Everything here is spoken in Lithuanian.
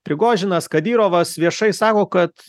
prigožinas kadirovas viešai sako kad